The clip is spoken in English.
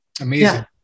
Amazing